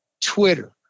Twitter